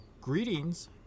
Greetings